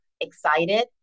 excited